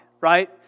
right